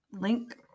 link